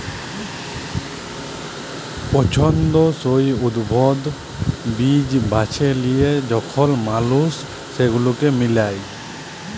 পছল্দসই উদ্ভিদ, বীজ বাছে লিয়ে যখল মালুস সেগুলাকে মিলায়